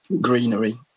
greenery